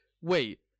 wait